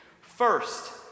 First